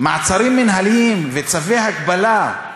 מעצרים מינהליים וצווי הגבלה,